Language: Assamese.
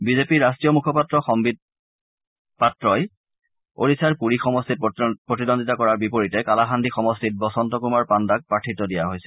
বিজেপিৰ ৰাষ্ট্ৰীয় মুখপাত্ৰ সন্নিদ পাত্ৰই ওড়িশাৰ পুৰি সমষ্টিত প্ৰতিদ্বন্দ্বিতা কৰাৰ বিপৰীতে কালাহান্দি সমষ্টিত বসন্ত কুমাৰ পাণ্ডাক প্ৰাৰ্থীত্ব দিয়া হৈছে